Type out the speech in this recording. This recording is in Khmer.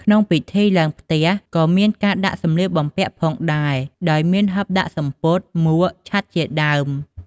ក្នុងពិធីឡើងផ្ទះក៏មានការដាក់សម្លៀកបំពាក់ផងដែរ ដោយមាន ហិបដាក់សំពត់ មួក ឆ័ត្រជាដើម។